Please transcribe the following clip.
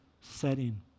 setting